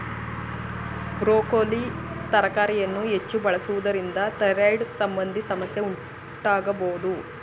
broccoli ತರಕಾರಿಯನ್ನು ಹೆಚ್ಚು ಬಳಸುವುದರಿಂದ ಥೈರಾಯ್ಡ್ ಸಂಬಂಧಿ ಸಮಸ್ಯೆ ಉಂಟಾಗಬೋದು